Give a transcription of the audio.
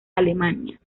alemania